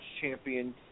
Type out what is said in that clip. champion